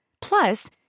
Plus